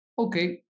Okay